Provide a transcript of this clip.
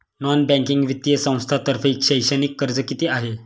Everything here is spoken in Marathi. नॉन बँकिंग वित्तीय संस्थांतर्फे शैक्षणिक कर्ज किती आहे?